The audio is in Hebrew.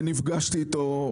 שנפגשתי איתו,